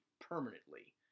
permanently